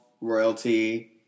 Royalty